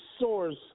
source